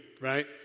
right